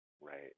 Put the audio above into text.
right